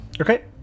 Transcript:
Okay